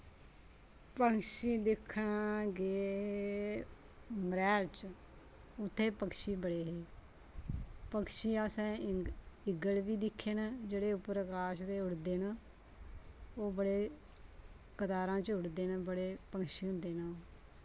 पंछी दिक्खन गे मरैह्ल च उत्थै पक्षी बड़े हे पक्षी असें ईगल बी दिक्खे नै जेह्ड़े उप्पर आकाश दे उडदे न ओह् बड़े कतारां च उडदे न पक्षी होंदे न ओह्